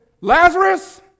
Lazarus